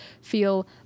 feel